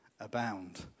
abound